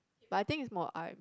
but I think is more I